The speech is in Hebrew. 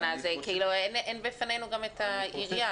אין בפנינו גם את העירייה.